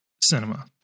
cinema